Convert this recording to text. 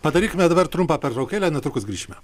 padarykime dabar trumpą pertraukėlę netrukus grįšime